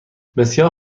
بسیار